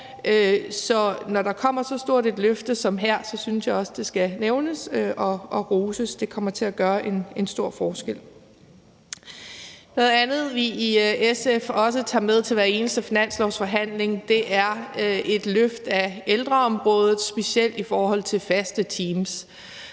når der kommer så stort et løft som her, synes jeg også, det skal nævnes og roses. Det kommer til at gøre en stor forskel. Noget andet, vi i SF også tager med til hver eneste finanslovsforhandling, er et løft af ældreområdet, specielt i forhold til faste teams.